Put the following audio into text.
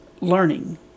learning